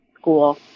school